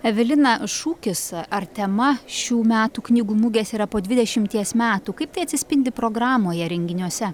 evelina šūkis ar tema šių metų knygų mugės yra po dvidešimties metų kaip tai atsispindi programoje renginiuose